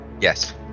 Yes